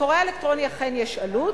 לקורא האלקטרוני אכן יש עלות,